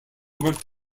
worked